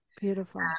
Beautiful